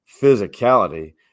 physicality